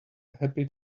happy